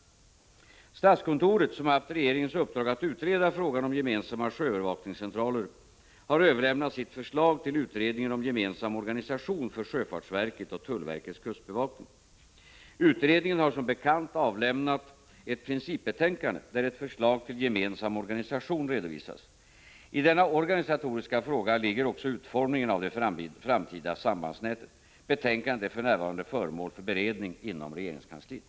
28 november 1985 Statskontoret, som haft regeringens uppdrag att utreda frågan om ——— HA gemensamma sjöövervakningscentraler, har överlämnat sitt förslag till Om återuppförande OR utredningen om gemensam organisation för sjöfartsverket och tullverkets eldhärjat sågverk i ärna kustbevakning. Utredningen har som bekant avlämnat ett principbetänkande där ett förslag till en gemensam organisation redovisas. I denna organisatoriska fråga ligger också utformningen av det framtida sambandsnätet. Betänkandet är för närvarande föremål för beredning inom regeringskansliet.